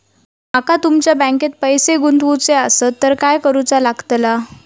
माका तुमच्या बँकेत पैसे गुंतवूचे आसत तर काय कारुचा लगतला?